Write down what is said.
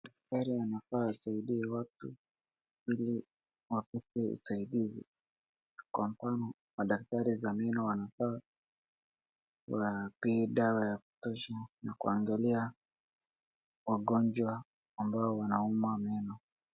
Daktari anafaa asaidie watu ili wapate usaidizi kwa mfano madaktari wa meno wanafaa wapee dawa ya kutosha na kuangalia wagonjwa ambao wanaumwa meno.